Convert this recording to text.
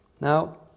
Now